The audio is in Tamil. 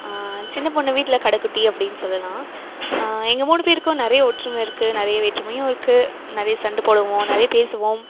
சின்ன பொண்ணு வீட்டில் கடைக்குட்டி அப்படின்னு சொல்லலாம் எங்கள் மூணு பேருக்கும் நிறையா ஒற்றுமை இருக்கு நிறையா வேற்றுமையும் இருக்கு நிறையா சண்டை போடுவோம் நிறையா பேசுவோம்